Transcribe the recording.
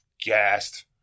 gassed